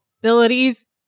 abilities